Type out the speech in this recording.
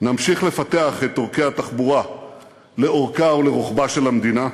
נמשיך לפתח את עורקי התחבורה לאורכה ולרוחבה של המדינה,